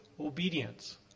obedience